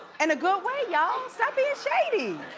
in a good way y'all. stop being shady.